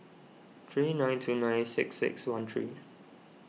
three nine two nine six six one three